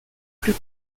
plus